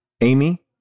amy